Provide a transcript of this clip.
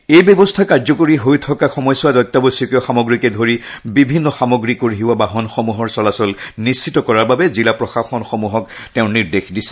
এই ব্যৱস্থা কাৰ্যকৰী হৈ থকা সময়ছোৱাত অত্যাৱশ্যকীয় সামগ্ৰীকে ধৰি বিভিন্ন সামগ্ৰী কঢ়িওৱা বাহনসমূহৰ চলাচল নিশ্চিত কৰাৰ বাবে জিলা প্ৰশাসনসমূহক তেওঁ নিৰ্দেশ দিছে